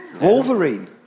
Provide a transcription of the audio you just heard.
Wolverine